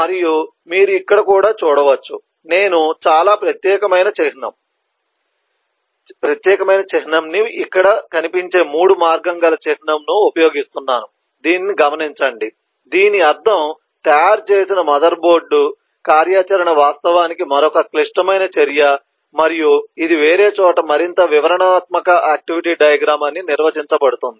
మరియు మీరు ఇక్కడ కూడా చూడవచ్చు నేను చాలా ప్రత్యేకమైన చిహ్నం ని ఇక్కడ కనిపించే మూడు మార్గం గల చిహ్నం ను ఉపయోగిస్తున్నాను దీనిని గమనించండి దీని అర్థం తయారుచేసిన మదర్బోర్డు కార్యాచరణ వాస్తవానికి మరొక క్లిష్టమైన చర్య మరియు ఇది వేరే చోట మరింత వివరణాత్మక ఆక్టివిటీ డయాగ్రమ్ అని నిర్వచించబడింది